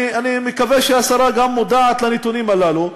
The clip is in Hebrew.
אני מקווה שהשרה גם מודעת לנתונים הללו.